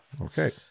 Okay